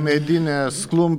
medinės klum